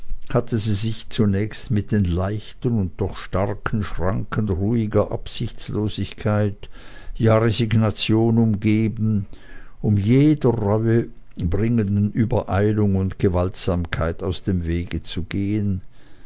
hatte sie sich zunächst mit den leichten und doch starken schranken ruhiger absichtslosigkeit ja resignation umgeben um jeder reue bringenden übereilung und gewaltsamkeit aus dem wege zu gehen